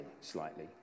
slightly